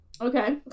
okay